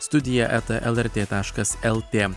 studija eta lrt taškas lt